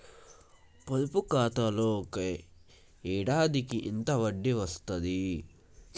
పొదుపు ఖాతాలో ఒక ఏడాదికి ఎంత వడ్డీ వస్తది?